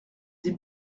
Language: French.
des